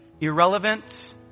irrelevant